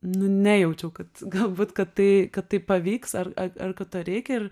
nu nejaučiau kad galbūt kad tai kad taip pavyks ar ar kad to reikia ir